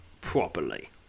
properly